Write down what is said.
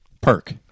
Perk